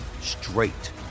straight